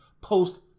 post